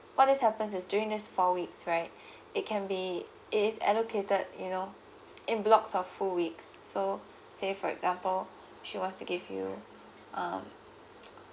what this happens is during these four weeks right it can be it is allocated you know in blocks of full week so say for example she wants to give you um